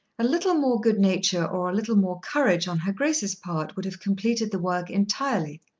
a little more good-nature or a little more courage on her grace's part would have completed the work entirely.